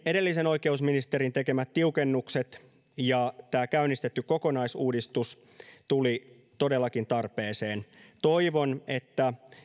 edellisen oikeusministerin tekemät tiukennukset ja tämä käynnistetty kokonaisuudistus tulivat todellakin tarpeeseen toivon että